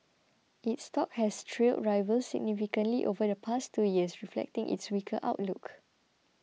its stock has trailed rivals significantly over the past two years reflecting its weaker outlook